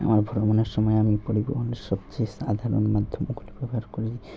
আমার ভ্রমণের সময় আমি পরিবহনের সবচেয়ে সাধারণ মাধ্যমগুলি ব্যবহার করি